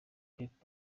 pep